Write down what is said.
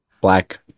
black